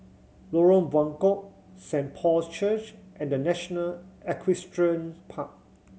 Lorong Buangkok Saint Paul's Church and The National Equestrian Park